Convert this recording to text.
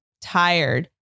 tired